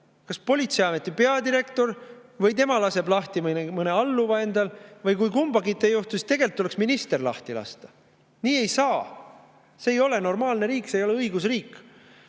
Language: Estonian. lahti politseiameti peadirektor või laseb tema lahti mõne enda alluva. Või kui kumbagi ei juhtu, siis tegelikult tuleks minister lahti lasta. Nii ei saa! See ei ole normaalne riik, see ei ole õigusriik.